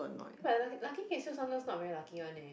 but lucky lucky okay still sometimes not very lucky one eh